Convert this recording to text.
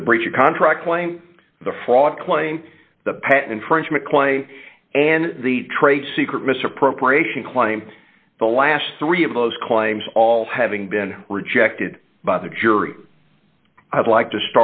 to the breach of contract claim the fraud claim the pet infringement play and the trade secret misappropriation claim the last three of those claims all having been rejected by the jury i'd like to